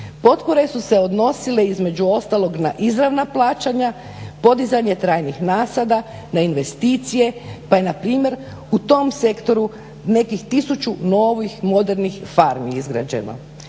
Potpore su se odnosile između ostalog na izravna plaćanja, podizanje trajnih nasada, na investicije, pa je npr. u tom sektoru nekih tisuću novih modernih farmi izgrađeno.